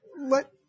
let